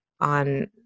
on